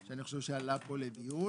שאני חושב שעלה פה לדיון,